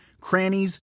crannies